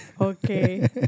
Okay